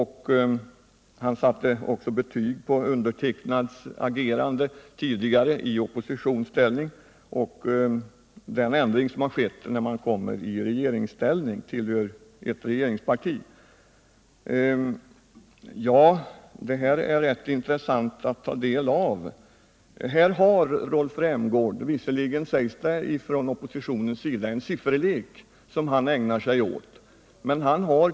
Han satte också betyg på mitt agerande tidigare i oppositionsställning och talade om den ändring som sker när man kommer att tillhöra ett regeringsparti. Det är rätt intressant att ta del av detta. Visserligen sägs det från oppositionen att Rolf Rämgård ägnar sig åt en sifferlek.